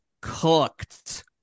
cooked